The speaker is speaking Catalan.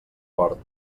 fort